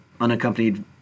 unaccompanied